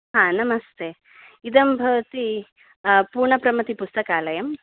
हा नमस्ते इदं भवति पूर्णप्रमितिपुस्तकालयं